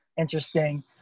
interesting